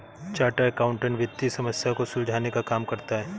chartered accountant वित्तीय समस्या को सुलझाने का काम करता है